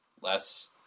less